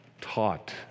taught